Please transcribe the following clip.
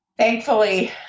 Thankfully